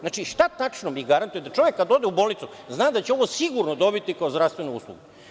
Znači, šta praktično mi garantujemo da, čovek kada ode u bolnicu, zna da će ovo sigurno dobiti kao zdravstvenu uslugu.